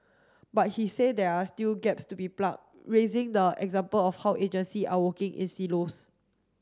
but he said there are still gaps to be plug raising the example of how agency are working in silos